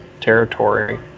territory